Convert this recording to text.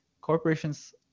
corporations